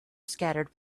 scattered